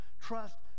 Trust